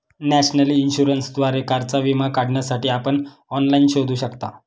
national इन्शुरन्सद्वारे कारचा विमा काढण्यासाठी आपण ऑनलाइन शोधू शकता